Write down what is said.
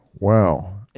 Wow